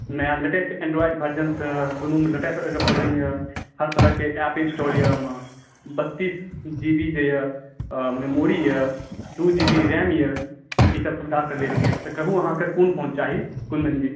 नया latest Android वर्ज़नसँ दुनूमे लेटेस्ट वर्ज़न यए हर तरहके एप्प इनस्टॉल यए ओहिमे बत्तीस जी बी जे यए मेमोरी यए तीन जी बी रैम यए ईसभ सुविधासँ लेस यए तऽ कहू अहाँकेँ कोन फोन चाही कुन्दनजी